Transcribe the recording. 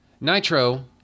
Nitro